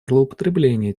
злоупотребление